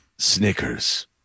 Snickers